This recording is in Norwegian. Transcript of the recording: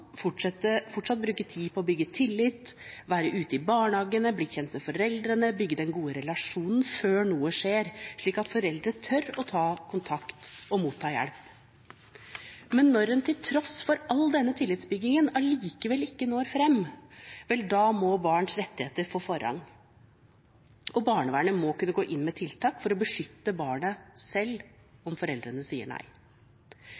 skal fortsatt bruke tid på å bygge tillit, være ute i barnehagene, bli kjent med foreldrene, bygge den gode relasjonen før noe skjer, slik at foreldre tør å ta kontakt og motta hjelp. Men når en til tross for all denne tillitsbyggingen allikevel ikke når fram, må barns rettigheter få forrang, og barnevernet må kunne gå inn med tiltak for å beskytte barnet,